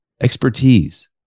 Expertise